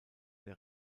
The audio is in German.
der